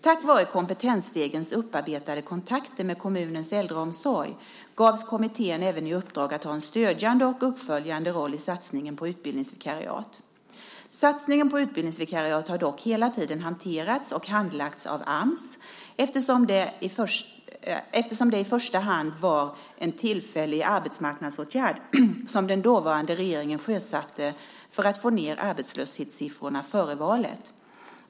Tack vare Kompetensstegens upparbetade kontakter med kommunernas äldreomsorg gavs kommittén även i uppdrag att ha en stödjande och uppföljande roll i satsningen på utbildningsvikariat. Satsningen på utbildningsvikariat har dock hela tiden hanterats och handlagts av Ams, eftersom det i första hand var en tillfällig arbetsmarknadsåtgärd som den dåvarande regeringen sjösatte för att få ned arbetslöshetssiffrorna före valet.